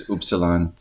Upsilon